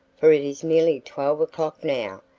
for it is nearly twelve o'clock now,